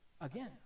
Again